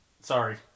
sorry